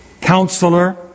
Counselor